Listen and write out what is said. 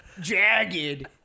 jagged